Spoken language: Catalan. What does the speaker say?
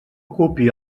ocupi